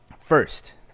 first